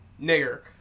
Nigger